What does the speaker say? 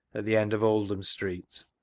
at the end of oldham street.